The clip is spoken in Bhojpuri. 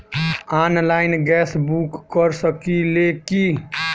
आनलाइन गैस बुक कर सकिले की?